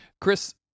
Chris